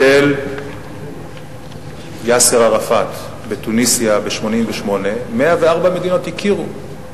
של יאסר ערפאת בתוניסיה ב-1988, 104 מדינות הכירו.